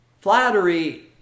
Flattery